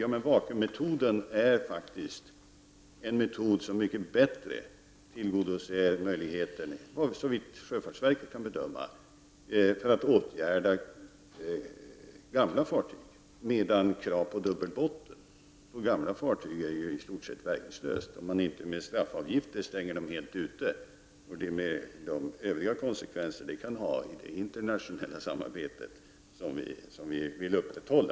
Men med vakuummetoden kan man faktiskt bättre tillgodose, såvitt sjöfartsverket kan bedöma, kraven på att åtgärda gamla fartyg än med dubbelbotten, som på gamla fartyg i stort sett är verkningslöst, om man inte med straffavgifter helt stänger dem ute — med de övriga konsekvenser som det får för det internationella samarbete som vi ändå vill upprätthålla.